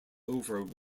over